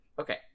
okay